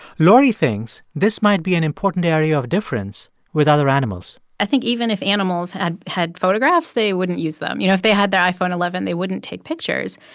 laurie thinks this might be an important area of difference with other animals i think even if animals had had photographs, they wouldn't use them. you know, if they had their iphone eleven, they wouldn't take pictures.